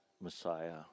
Messiah